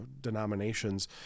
denominations